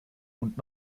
und